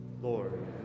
Lord